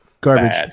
Garbage